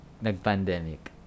nag-pandemic